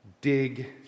dig